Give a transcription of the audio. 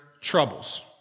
troubles